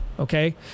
Okay